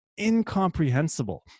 incomprehensible